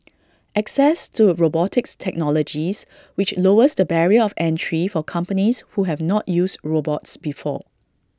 access to robotics technologies which lowers the barrier of entry for companies who have not used robots before